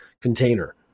container